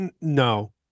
no